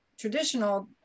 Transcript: traditional